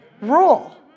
Rule